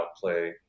play